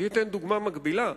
אני אתן דוגמה מקבילה: